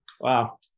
Wow